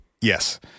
Yes